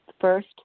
first